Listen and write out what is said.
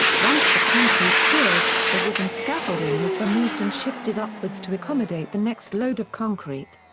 once the concrete cured, the wooden scaffolding was removed and shifted upwards to accommodate the next load of concrete.